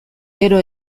gero